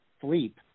sleep